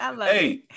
hey